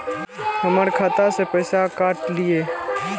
हमर खाता से पैसा काट लिए?